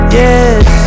yes